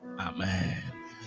Amen